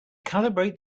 calibrate